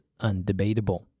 undebatable